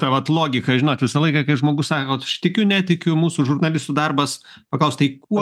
ta vat logika žinot visą laiką kai žmogus sako kad aš tikiu netikiu mūsų žurnalistų darbas paklaust tai kuo